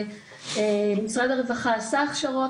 משרד הרווחה עשה הכשרות,